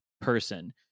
person